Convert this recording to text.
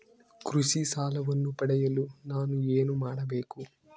ಕೃಷಿ ಸಾಲವನ್ನು ಪಡೆಯಲು ನಾನು ಏನು ಮಾಡಬೇಕು?